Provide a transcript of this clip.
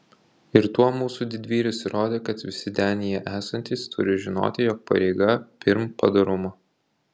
ir tuo mūsų didvyris įrodė kad visi denyje esantys turi žinoti jog pareiga pirm padorumo